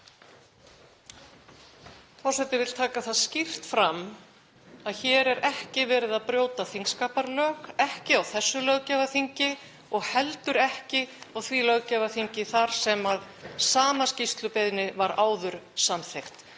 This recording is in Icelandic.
Forseti vill taka það skýrt fram að hér er ekki verið að brjóta þingskapalög, ekki á þessu löggjafarþingi og heldur ekki á því löggjafarþingi þar sem sama skýrslubeiðni var áður samþykkt.